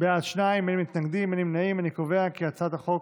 להעביר את הצעת חוק